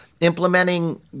implementing